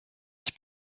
ich